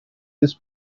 this